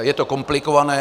Je to komplikované.